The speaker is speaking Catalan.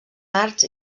arts